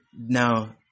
now